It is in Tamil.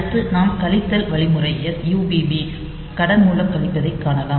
அடுத்து நாம் கழித்தல் வழிமுறை SUBB கடன் மூலம் கழிப்பதைக் காணலாம்